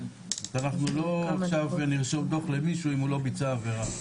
אנחנו לא נרשום דו"ח למישהו אם הוא לא ביצע עבירה.